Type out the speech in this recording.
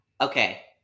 okay